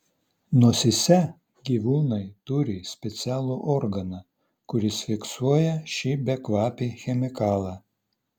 nosyse gyvūnai turi specialų organą kuris fiksuoja šį bekvapį chemikalą